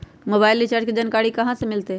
Mobile recharge के जानकारी कहा से मिलतै?